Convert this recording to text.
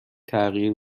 تغییر